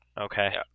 Okay